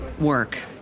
work